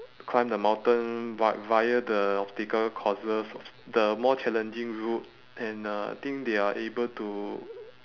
climb the mountain but via the obstacle courses obs~ the more challenging route and uh I think they are able to